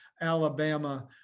Alabama